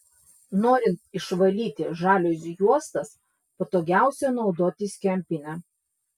norint išvalyti žaliuzių juostas patogiausia naudotis kempine